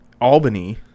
Albany